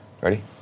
Ready